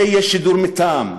זה יהיה שידור מטעם,